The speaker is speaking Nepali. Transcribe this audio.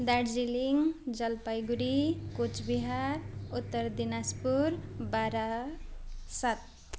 दार्जिलिङ जलपाइगुडी कोच बिहार उत्तर दिनाजपुर बारासात